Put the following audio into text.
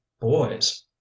boys